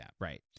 right